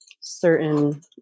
certain